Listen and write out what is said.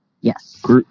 Yes